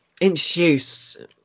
introduced